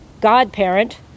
godparent